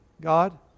God